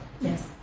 Yes